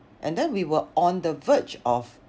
and then we were on the verge of